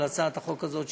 על הצעת החוק הזאת,